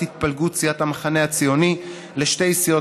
התפלגות סיעת המחנה הציוני לשתי סיעות,